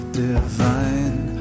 divine